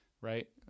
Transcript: right